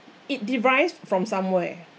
it derives from somewhere